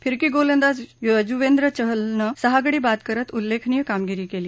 फिरकी गोलंदाज युजवेंद्र चहलनं सहा गडी बाद करत उल्लेखनीय कामगिरी केली